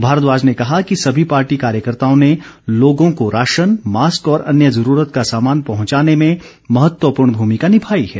भारद्दाज ने कहा कि सभी पार्टी कार्यकर्ताओं ने लोगों को राशन मास्क और अन्य जरूरत का सामान पहुंचाने में महत्वपूर्ण भूमिका निभाई है